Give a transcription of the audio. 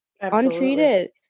Untreated